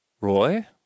Roy